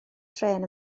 trên